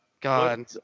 God